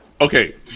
okay